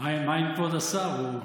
מה עם כבוד השר?